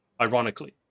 ironically